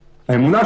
הוא אמר: בוודאי,